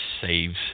saves